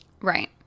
right